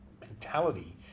mentality